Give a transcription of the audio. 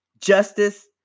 justice